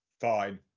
fine